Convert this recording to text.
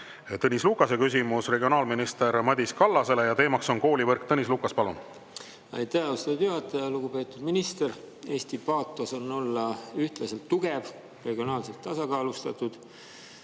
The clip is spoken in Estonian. Tõnis Lukase küsimus regionaalminister Madis Kallasele ja teema on koolivõrk. Tõnis Lukas, palun! Aitäh, austatud juhataja! Lugupeetud minister! Eesti paatos on olla ühtlaselt tugev ja regionaalselt tasakaalustatud.